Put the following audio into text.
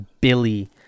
Billy